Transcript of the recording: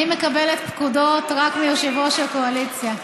אני מקבלת פקודות רק מיושב-ראש הקואליציה.